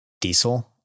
diesel